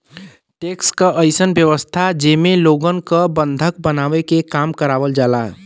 tax क अइसन व्यवस्था जेमे लोगन क बंधक बनाके काम करावल जाला